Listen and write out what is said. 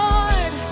Lord